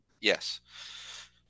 Yes